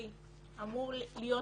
חדורי אידיאלים,